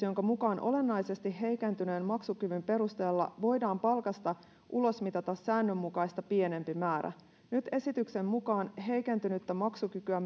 jonka mukaan olennaisesti heikentyneen maksukyvyn perusteella voidaan palkasta ulosmitata säännönmukaista pienempi määrä nyt esityksen mukaan heikentynyttä maksukykyä